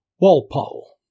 Walpole